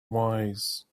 wise